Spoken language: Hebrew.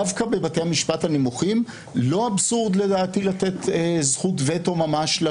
דווקא בבתי המשפט הנמוכים לא אבסורד לדעתי לתת זכות וטו ממש